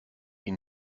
ihn